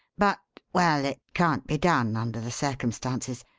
but well it can't be done under the circumstances.